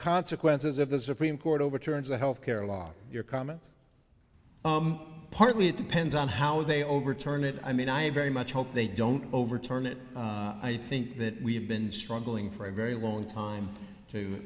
consequences of the supreme court overturns the health care law your comment partly it depends on how they overturn it i mean i very much hope they don't overturn it i think that we have been struggling for a very long time to